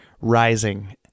rising